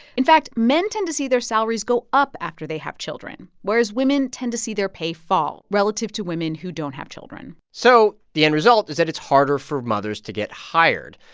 in fact, men tend to see their salaries go up after they have children, whereas women to see their pay fall relative to women who don't have children so the end result is that it's harder for mothers to get hired.